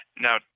Now